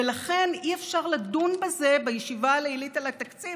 ולכן אי-אפשר לדון בזה בישיבה הלילית על התקציב.